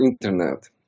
internet